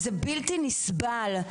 זה בלתי נסבל.